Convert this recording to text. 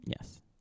Yes